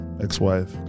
ex-wife